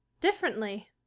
differently